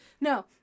no